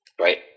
Right